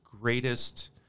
greatest